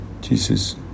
Jesus